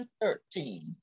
thirteen